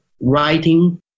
writing